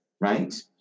right